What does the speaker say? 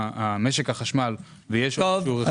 משק החשמל ויש עוד איזשהו רכיב בגדול כן.